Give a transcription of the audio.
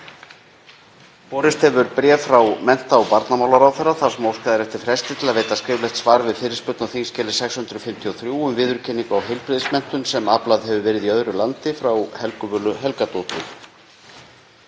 Borist hefur bréf frá mennta- og barnamálaráðherra þar sem óskað er eftir fresti til þess að veita skriflegt svar við fyrirspurn á þskj. 653, um viðurkenningu á heilbrigðismenntun sem aflað hefur verið í öðru landi, frá Helgu Völu Helgadóttur.